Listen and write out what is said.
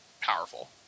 powerful